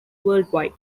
worldwide